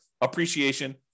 appreciation